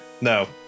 no